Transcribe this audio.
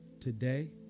today